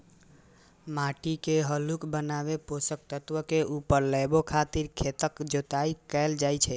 माटि के हल्लुक बनाबै, पोषक तत्व के ऊपर लाबै खातिर खेतक जोताइ कैल जाइ छै